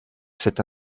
cet